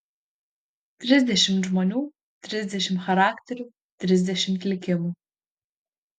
trisdešimt žmonių trisdešimt charakterių trisdešimt likimų